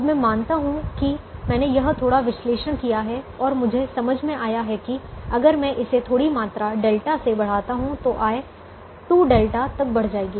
अब मैं मानता हूं कि मैंने यह थोड़ा विश्लेषण किया है और मुझे समझ में आया है कि अगर मैं इसे थोड़ी मात्रा δ से बढ़ाता हूं तो आय 2δ तक बढ़ जाएगी